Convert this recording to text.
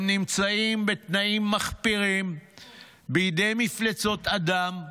הם נמצאים בתנאים מחפירים בידי מפלצות אדם,